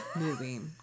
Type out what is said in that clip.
moving